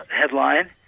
headline